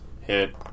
Hit